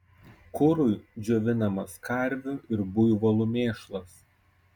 kurui džiovinamas karvių ir buivolų mėšlas